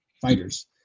fighters